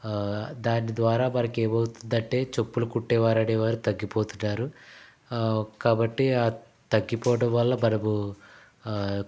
దాని ద్వారా మనకు ఏమవుతుందంటే చెప్పులు కుట్టేవారు అనేవారు తగ్గిపోతున్నారు కాబట్టి ఆ తగ్గిపోవడం వల్ల మనము